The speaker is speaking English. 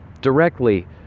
directly